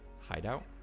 hideout